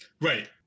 Right